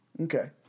Okay